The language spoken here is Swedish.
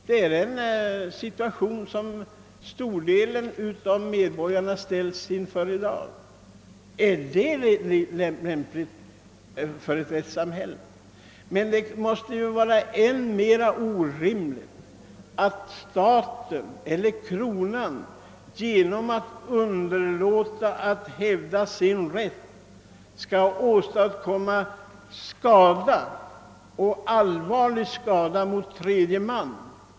Detta är en situation som stordelen av medborgarna i dag kan råka ut för. Är det förenligt med ett rättssamhälles krav? Det måste vara än mer orimligt att kronan genom att underlåta att hävda sin rätt skall åstadkomma allvarlig skada för tredje man.